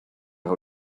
how